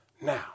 Now